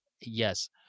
Yes